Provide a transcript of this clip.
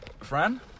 Fran